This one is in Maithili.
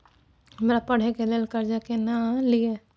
हमरा पढ़े के लेल कर्जा केना लिए?